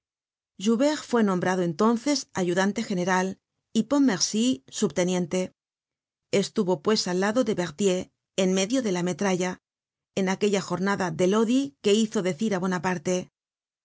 joubert fue nombrado entonces ayudante general y pontmercy subteniente estuvo despues al lado de berthier en medio de la metralla en aquella jornada de lodi que hizo decir á